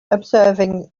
observing